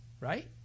right